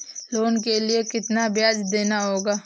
Loan के लिए कितना ब्याज देना होगा?